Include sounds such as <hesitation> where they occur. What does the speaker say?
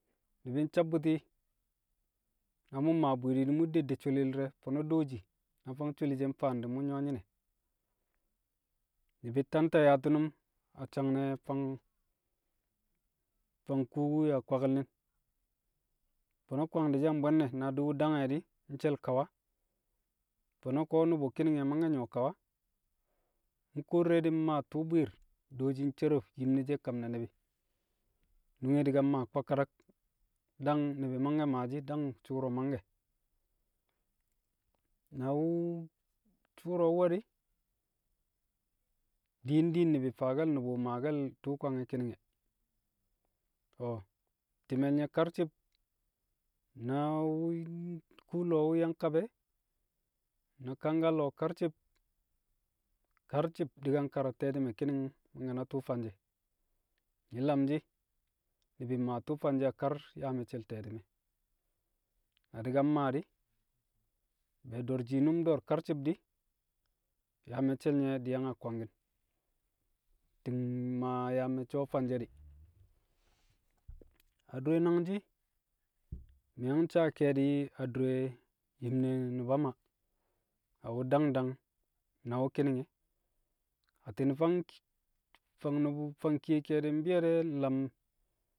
Ŋi̱bi̱ nsabbu̱ti̱, na mu̱ mmaa bwi̱i̱di̱ di̱ mu̱ dedde sholil di̱rẹ, na fang sholi she̱ mfaan di̱ mu̱ nyu̱wo̱ nyi̱nẹ? Ni̱bi̱ tan ta yaati̱nu̱m a sang ne̱ fang fang kuuku yaa kwaki̱l ni̱m. fo̱no̱ kwangdi̱ she̱ a mbwe̱nne̱ na wu̱ dang e̱ di̱ nshe̱l kawa. Fo̱no̱ nu̱bu̱ ki̱ni̱ng e̱ mangke̱ nyu̱wo̱ kawa, mu̱ kuwo di̱rẹ maa tu̱u̱ bwi̱i̱r, dooshi ncero yim ne she̱ kam ne̱ ni̱bi̱, nunge maa kwakadak. Dang ni̱bi̱ mangke̱ maashi̱ dang shu̱u̱ro̱ mange̱. Na wu̱- tu̱u̱ro̱ we̱ di̱ diin diin ni̱bi̱ faake̱l nu̱bu̱ maa tu̱u̱ kwange̱ ki̱ni̱ng e̱ To̱, ti̱me̱l nye̱ karci̱b na wu̱ <hesitation> kuu- lo̱o̱ wu̱ yang kab e̱ na kangka lo̱o̱ karci̱b, karci̱b di̱ ka nkara. Te̱ti̱me̱. ki̱ni̱ng mangke̱ na tu̱u̱ fanje̱. Nyi̱ lamshi̱ ni̱bi̱ maa tu̱u̱ fanje̱ a kar yaa me̱cce̱l te̱ti̱me̱. Na di̱ ka mmaa di̱ be̱e̱ do̱r shiinum do̱r karci̱b di̱, yaa me̱cce̱l nye̱ di̱ yang a kwangki̱n, ti̱ng- ng- maa yaa me̱cce̱ wu̱ fanshe̱ di̱. <noise> Adure nangshi̱, mi̱ yang saa ke̱e̱di̱ adure yim ne̱ Nu̱ba Maa, a wu̱ dang dang na wu̱ ki̱ni̱ng e̱. Atti̱n fang ki- ki- fang nu̱bu̱ fang kiye ke̱e̱di̱ mbi̱yo̱ de̱ lam.